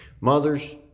Mothers